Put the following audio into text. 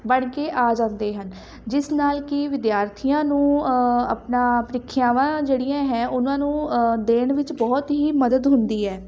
ਬਣ ਕੇ ਆ ਜਾਂਦੇ ਹਨ ਜਿਸ ਨਾਲ ਕੀ ਵਿਦਿਆਰਥੀਆਂ ਨੂੰ ਆਪਣਾ ਪ੍ਰੀਖਿਆਵਾਂ ਜਿਹੜੀਆਂ ਹੈ ਉਹਨਾਂ ਨੂੰ ਦੇਣ ਵਿੱਚ ਬਹੁਤ ਹੀ ਮਦਦ ਹੁੰਦੀ ਹੈ